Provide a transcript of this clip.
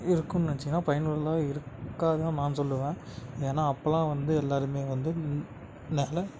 இருக்குதுனு நினைச்சிங்கன்னா பயனுள்ளதாக இருக்காதுன்னு தான் நான் சொல்லுவேன் ஏன்னா அப்போல்லாம் வந்து எல்லோருமே வந்து நில